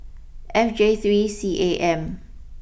F J three C A M